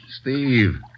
Steve